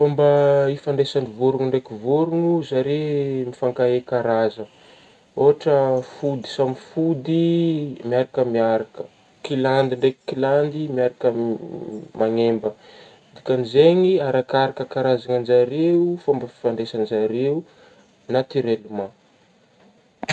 Fomba ifandraisagny vôrogna ndraiky vôrogna zare mifankahay karaza ôhatra fody samy fody miaraka miaraka kilandy ndraiky kilandy miaraka manemba dikagny zegny arakaraka karaza zare ny fomba fifandraisagny zare natireliment.